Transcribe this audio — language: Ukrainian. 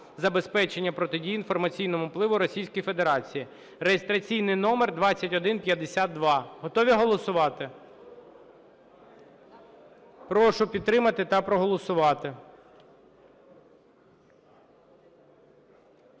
забезпечення протидії інформаційному впливу Російської Федерації (реєстраційний номер 2152). Готові голосувати? Прошу підтримати та проголосувати.